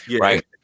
right